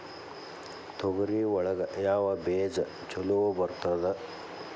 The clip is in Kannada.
ತೊಗರಿ ಒಳಗ ಯಾವ ಬೇಜ ಛಲೋ ಬರ್ತದ?